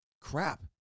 crap